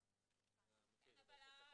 14:40. 14:40.